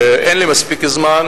אין לי מספיק זמן,